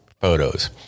photos